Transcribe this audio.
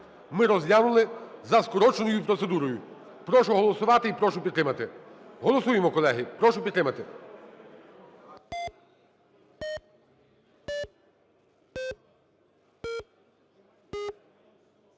ми розглянули за скороченою процедурою. Прошу голосувати і прошу підтримати. Голосуємо, колеги, прошу підтримати.